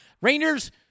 Rangers